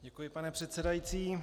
Děkuji, pane předsedající.